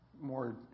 more